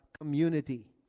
community